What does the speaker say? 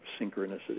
synchronicity